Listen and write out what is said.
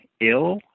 ill